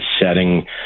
setting